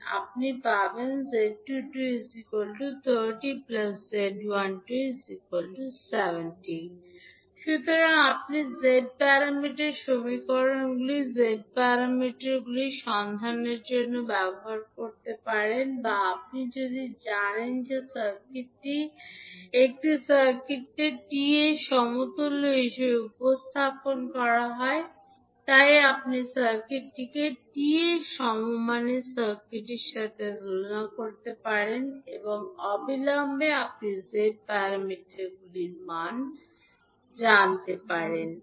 তুমি পাবে 𝐳22 30 𝐳12 70𝛺 সুতরাং আপনি z প্যারামিটার সমীকরণগুলি z প্যারামিটারগুলি সন্ধানের জন্য ব্যবহার করতে পারেন বা আপনি যদি জানেন যে সার্কিটটি একটি সার্কিটকে টি সমতুল্য হিসাবে উপস্থাপন করা যায় তাই আপনি সার্কিটটিকে টি সমমানের সার্কিটের সাথে তুলনা করতে পারেন এবং অবিলম্বে আপনি z প্যারামিটারগুলির মান জানতে পারবেন